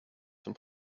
zum